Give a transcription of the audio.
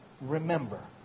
remember